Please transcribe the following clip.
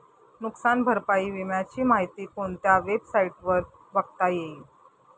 नुकसान भरपाई विम्याची माहिती कोणत्या वेबसाईटवर बघता येईल?